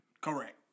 Correct